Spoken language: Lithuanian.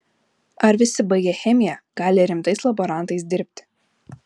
ar visi baigę chemiją gali rimtais laborantais dirbti